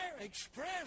express